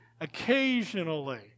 Occasionally